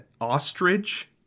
ostrich